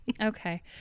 Okay